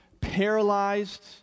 paralyzed